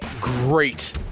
great